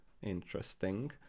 Interesting